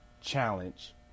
Challenge